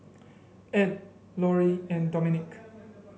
Ed Loree and Dominic